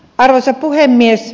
arvoisa puhemies